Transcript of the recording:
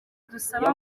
dusaba